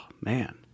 Man